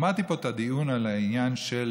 שמעתי פה את הדיון על העניין של